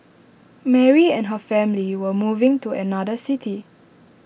Mary and her family were moving to another city